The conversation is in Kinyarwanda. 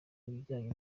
ibijyanye